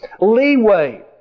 leeway